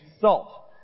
salt